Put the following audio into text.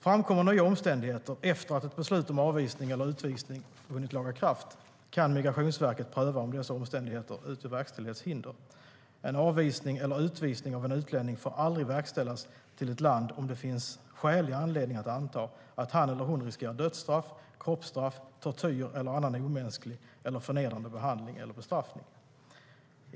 Framkommer nya omständigheter efter att ett beslut om avvisning eller utvisning vunnit laga kraft kan Migrationsverket pröva om dessa omständigheter utgör verkställighetshinder. En avvisning eller utvisning av en utlänning får aldrig verkställas till ett land om det finns skälig anledning att anta att han eller hon riskerar dödsstraff, kroppsstraff, tortyr eller annan omänsklig eller förnedrande behandling eller bestraffning.